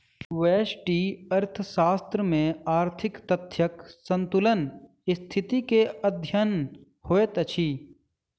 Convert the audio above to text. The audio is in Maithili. व्यष्टि अर्थशास्त्र में आर्थिक तथ्यक संतुलनक स्थिति के अध्ययन होइत अछि